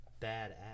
badass